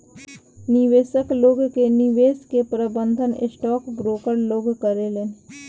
निवेशक लोग के निवेश के प्रबंधन स्टॉक ब्रोकर लोग करेलेन